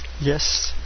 Yes